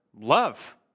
love